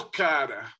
cara